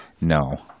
No